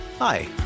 Hi